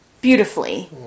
beautifully